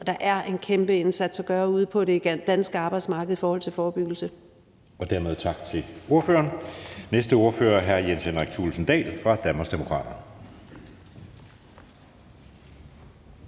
og der er en kæmpe indsats at gøre ude på det danske arbejdsmarked i forhold til forebyggelse. Kl. 19:00 Anden næstformand (Jeppe Søe): Dermed tak til ordføreren. Næste ordfører er hr. Jens Henrik Thulesen Dahl fra Danmarksdemokraterne.